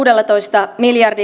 ja